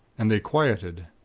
and they quietened.